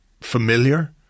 familiar